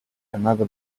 another